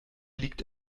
liegt